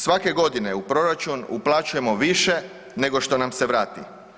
Svake godine u proračun uplaćujemo više nego što nam se vrati.